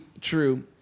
true